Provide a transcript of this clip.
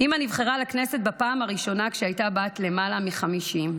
אימא נבחרה לכנסת בפעם הראשונה כשהייתה בת למעלה מ-50,